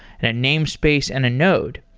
and a namespace, and a node.